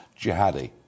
jihadi